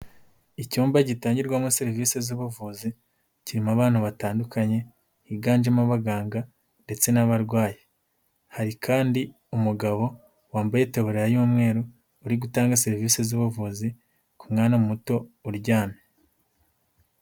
Icyumba gitangirwamo serivisi z'ubuvuzi, kirimo abantu batandukanye, higanjemo abaganga ndetse n'abarwayi. Hari kandi umugabo wambaye itaburiya y'umweru, uri gutanga serivisi z'ubuvuzi ku mwana muto uryamye.